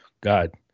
God